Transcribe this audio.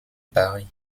paris